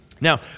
Now